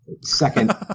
second